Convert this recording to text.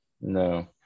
No